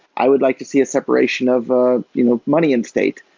i would like to see a separation of ah you know money and state.